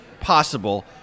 possible